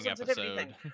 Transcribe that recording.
episode